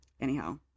Anyhow